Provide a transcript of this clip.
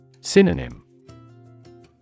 Synonym